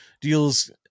deals